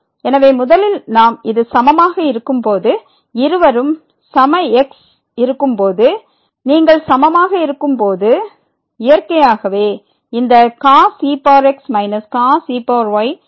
எனவே முதலில் நாம் இது சமமாக இருக்கும்போது இருவரும் சம எக்ஸ் இருக்கும் போது நீங்கள் சமமாக இருக்கும் போது இயற்கையாகவே இந்த cos ex cos ey என்பது 0 ஆகும்